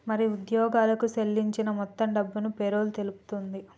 మరి ఉద్యోగులకు సేల్లించిన మొత్తం డబ్బును పేరోల్ తెలుపుతుంది